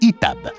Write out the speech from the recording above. Itab